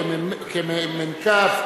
כמ"כ,